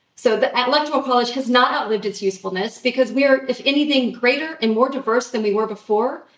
so, the electoral college has not outlived its usefulness because we are, if anything, greater and more diverse than we were before.